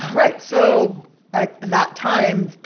right. so at that time,